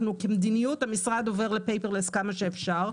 כמדיניות, המשרד עובר לפייפר לס כמה שאפשר.